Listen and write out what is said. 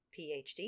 PhD